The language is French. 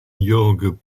jörg